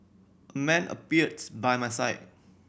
a man appears by my side